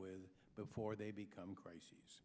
with before they become crises